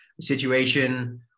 situation